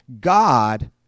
God